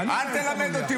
אני כן --- אל תלמד אותי,